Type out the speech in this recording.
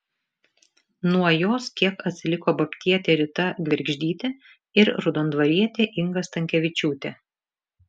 nuo jos kiek atsiliko babtietė rita gvergždytė ir raudondvarietė inga stankevičiūtė